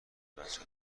بچت